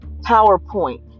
PowerPoint